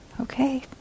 Okay